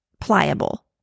pliable